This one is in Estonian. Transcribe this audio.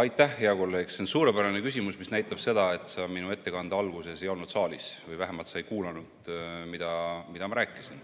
Aitäh, hea kolleeg! See on suurepärane küsimus, mis näitab seda, et sa minu ettekande alguses ei olnud saalis või vähemalt sa ei kuulanud, mida ma rääkisin.